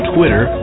Twitter